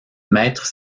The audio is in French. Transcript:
maître